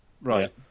Right